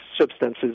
substances